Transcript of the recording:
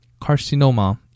carcinoma